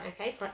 okay